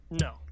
No